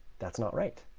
that's not right.